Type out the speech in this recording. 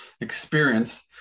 experience